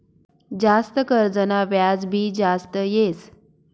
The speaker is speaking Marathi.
जास्त कर्जना व्याज भी जास्त येस